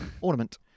Ornament